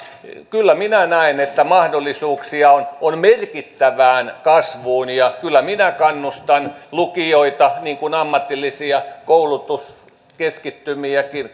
kyllä minä näen että mahdollisuuksia on merkittävään kasvuun ja kyllä minä kannustan lukioita niin kuin ammatillisia koulutuskeskittymiäkin